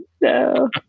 no